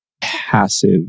passive